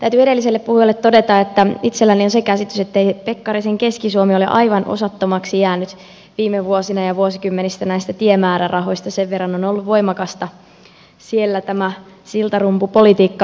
täytyy edelliselle puhujalle todeta että itselläni on se käsitys ettei pekkarisen keski suomi ole aivan osattomaksi jäänyt viime vuosina ja vuosikymmeninä näistä tiemäärärahoista sen verran voimakasta on ollut siellä tämä siltarumpupolitiikka